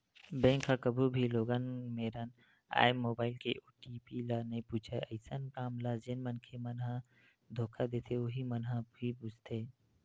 bank ह कभू भी लोगन मेरन आए मोबाईल के ओ.टी.पी ल नइ पूछय अइसन काम ल जेन मनखे मन ह धोखा देथे उहीं मन ह ही पूछथे